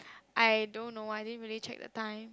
I don't know I didn't really check the time